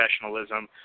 professionalism